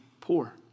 poor